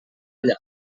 allà